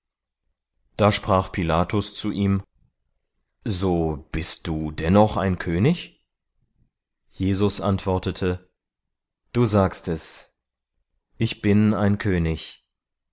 da sprach pilatus zu ihm so bist du dennoch ein könig jesus antwortete du sagst es ich bin ein könig